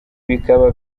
bikaba